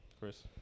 Chris